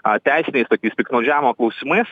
a teisiniais tokiais piktnaudžiavo klausimais